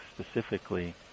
specifically